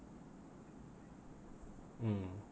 mm